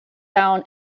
down